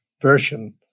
version